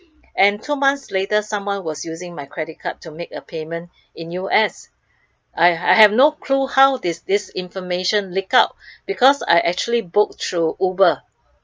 and two months later someone was using my credit card to make a payment in U_S I I have no clue how is this information leak out because I actually book through uber